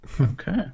Okay